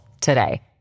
today